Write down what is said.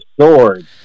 Swords